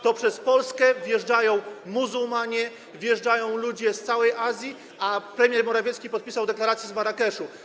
To przez Polskę wjeżdżają muzułmanie, wjeżdżają ludzie z całej Azji, a premier Morawiecki podpisał deklarację z Marrakeszu.